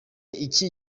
iki